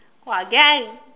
!wah! then I